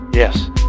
Yes